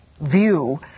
view